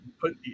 put